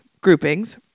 groupings